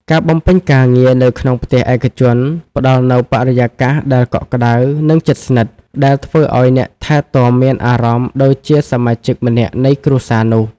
ការបំពេញការងារនៅក្នុងផ្ទះឯកជន ផ្តល់នូវបរិយាកាសដែលកក់ក្តៅ និងជិតស្និទ្ធ ដែលធ្វើឱ្យអ្នកថែទាំមានអារម្មណ៍ដូចជាសមាជិកម្នាក់នៃគ្រួសារនោះ។